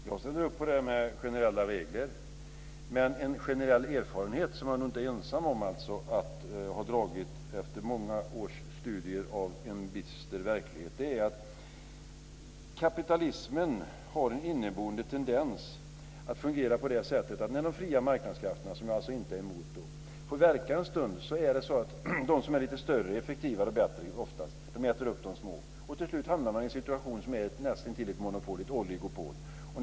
Herr talman! Jag ställer mig bakom de generella reglerna, men en generell erfarenhet, som jag inte är ensam om att ha gjort efter många års studier av en bister verklighet, är att kapitalismen har en inneboende tendens att fungera så att när det fria marknadskrafterna, som jag alltså inte är emot, fått verka ett tag äter oftast de lite större, effektivare och bättre upp de små. Till slut hamnar man i en situation som är näst intill ett monopol, ett oligopol.